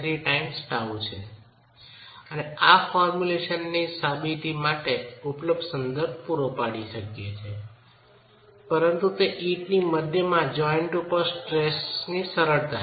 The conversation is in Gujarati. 3 τ છે અને આ ફોર્મ્યુલેશનની સાબિતી માટે ઉપલબ્ધ સંદર્ભ પૂરો પાડી શકે છે પરંતુ તે ઇંટની મધ્યમાં જોઈન્ટ ઉપર સ્ટ્રેસની સરળતા છે